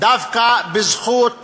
דווקא בזכות